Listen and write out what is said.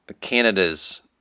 canada's